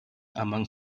among